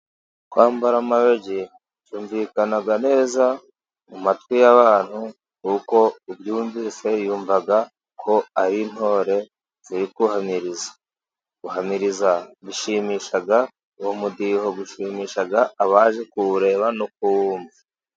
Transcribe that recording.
Kwambara amayugi byumvikana neza mu matwi y' abantu, kuko ubyumvise yumva ko ari intore ziriguhamiriza; (guhamiriza bishimisha) uwo mudiho ushimisha abaje kuwureba no kuwumva.